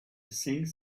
think